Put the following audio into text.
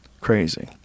Crazy